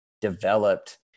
developed